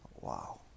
Wow